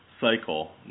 cycle